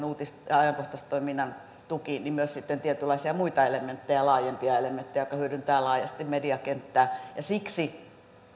uutis ja ajankohtaistoiminnan tuki myös tietynlaisia muita elementtejä ja laajempia elementtejä jotka hyödyntävät laajasti mediakenttää siksi